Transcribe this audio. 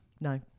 No